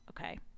Okay